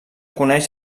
coneix